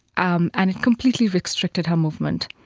um and it completely restricted her movement.